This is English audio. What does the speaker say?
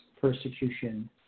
persecution